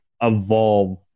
evolve